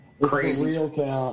crazy